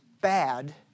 bad